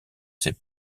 ses